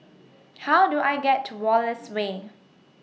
How Do I get to Wallace Way